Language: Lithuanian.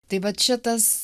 tai vat čia tas